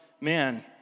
man